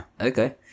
Okay